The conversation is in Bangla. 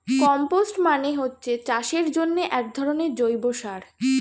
কম্পোস্ট মানে হচ্ছে চাষের জন্যে একধরনের জৈব সার